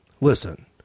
Listen